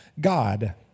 God